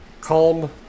Calm